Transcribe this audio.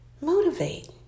motivate